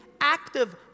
active